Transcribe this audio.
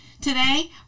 today